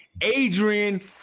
Adrian